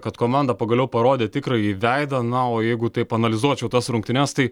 kad komanda pagaliau parodė tikrąjį veidą na o jeigu taip analizuočiau tas rungtynes tai